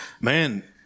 man